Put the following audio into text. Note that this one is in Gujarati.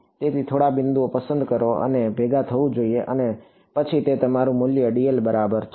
તેથી થોડા બિંદુઓ પસંદ કરો અને તે ભેગા થવું જોઈએ અને પછી તે તમારું મૂલ્ય dl બરાબર છે